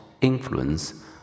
influence